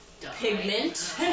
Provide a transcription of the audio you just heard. pigment